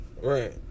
Right